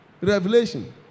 Revelation